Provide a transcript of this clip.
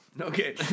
Okay